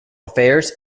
affairs